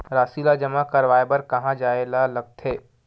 राशि ला जमा करवाय बर कहां जाए ला लगथे